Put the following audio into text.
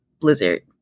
Blizzard